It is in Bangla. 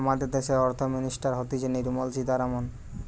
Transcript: আমাদের দ্যাশের অর্থ মিনিস্টার হতিছে নির্মলা সীতারামন